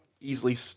easily